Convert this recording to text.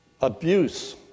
abuse